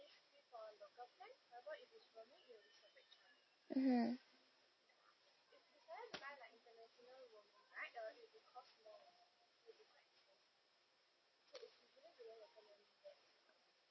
mmhmm